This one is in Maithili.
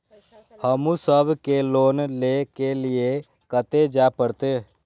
हमू सब के लोन ले के लीऐ कते जा परतें?